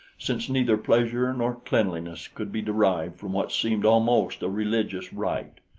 since neither pleasure nor cleanliness could be derived from what seemed almost a religious rite.